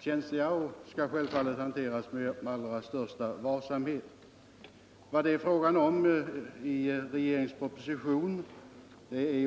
känsliga och självfallet skall hanteras med allra största varsamhet. Vad det är fråga om i regeringens proposition